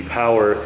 power